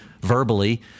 verbally